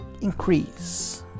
increase